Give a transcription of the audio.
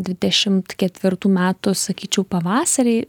dvidešimt ketvirtų metų sakyčiau pavasarį